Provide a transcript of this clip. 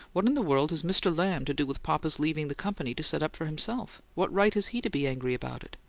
what in the world has mr. lamb to do with papa's leaving the company to set up for himself? what right has he to be angry about it?